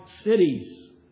cities